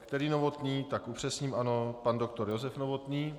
Který Novotný tak upřesním, ano, pan doktor Josef Novotný.